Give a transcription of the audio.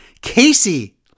Casey